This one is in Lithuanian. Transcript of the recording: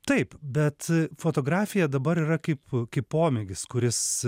taip bet fotografija dabar yra kaip kaip pomėgis kuris